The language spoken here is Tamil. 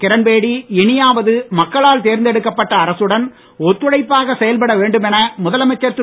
கிரண்பேடி இனியாவது மக்களால் தேர்ந்தெடுக்கப்பட்ட அரசுடன் ஒத்துழைப்பாக செயல்பட வேண்டும் என முதலமைச்சர் திரு